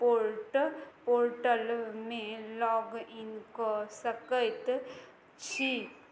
port पोर्टलमे log in कऽ सकैत छी